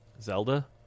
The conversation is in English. Zelda